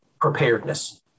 preparedness